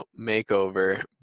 makeover